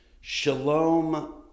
Shalom